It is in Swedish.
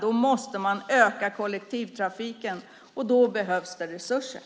Då måste man öka kollektivtrafiken, och då behövs det resurser.